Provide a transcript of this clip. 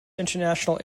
international